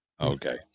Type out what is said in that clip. Okay